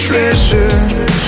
Treasure